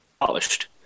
polished